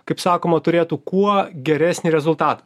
kaip sakoma turėtų kuo geresnį rezultatą